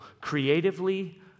creatively